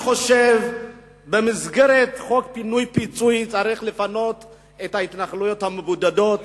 אני חושב שבמסגרת חוק פינוי-פיצוי צריך לפנות את ההתנחלויות המבודדות,